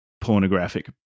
pornographic